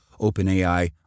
OpenAI